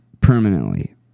permanently